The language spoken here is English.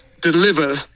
deliver